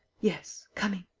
yes. coming.